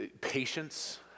patience